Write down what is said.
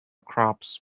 crops